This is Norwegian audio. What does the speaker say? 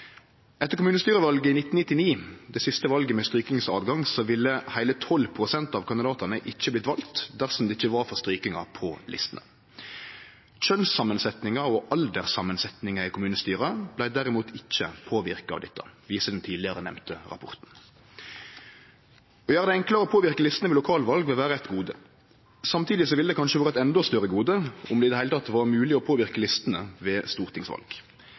Etter kommunestyrevalet i 1999 – det siste valet med høve til å stryke – ville heile 12 pst. av kandidatane ikkje vorte valde dersom det ikkje var for strykingar på listene. Kjønns- og alderssamansetninga i kommunestyra vart derimot ikkje påverka av dette, viser den tidlegare nemnde rapporten. Å gjere det enklare å påverke listene ved lokalval vil vere eit gode. Samtidig ville det kanskje vere eit endå større gode om det i det heile var mogleg å påverke listene ved stortingsval.